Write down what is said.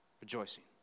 rejoicing